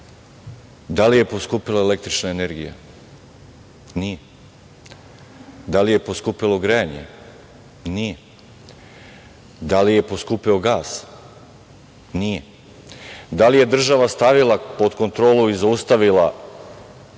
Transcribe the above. da li je poskupela električna energija? Nije. Da li je poskupelo grejanje? Nije. Da li je poskupeo gas? Nije. Da li je država stavila pod kontrolu i zaustavila rast cena